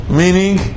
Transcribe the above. meaning